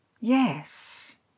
Yes